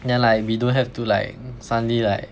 then like we don't have to like suddenly like